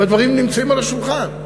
והדברים נמצאים על השולחן,